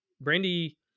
Brandy